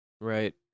right